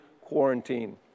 quarantine